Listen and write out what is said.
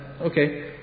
okay